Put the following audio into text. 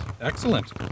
Excellent